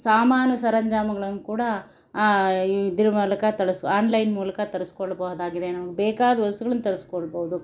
ಸಾಮಾನು ಸರಂಜಾಮುಗಳನ್ನು ಕೂಡ ಈ ಇದರ ಮೂಲಕ ತಳಿಸಿ ಆನ್ಲೈನ್ ಮೂಲಕ ತರಿಸಿಕೊಳ್ಬಹುದಾಗಿದೆ ನಮ್ಗೆ ಬೇಕಾದ ವಸ್ತುಗಳನ್ನು ತರಿಸಿಕೊಳ್ಬೋದು